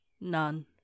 none